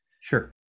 Sure